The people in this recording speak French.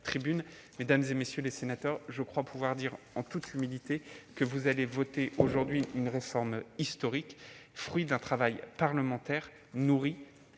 Mesdames, messieurs les sénateurs, je crois pouvoir dire, en toute humilité, que vous allez aujourd'hui voter une réforme historique, fruit d'un travail parlementaire toujours